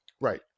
Right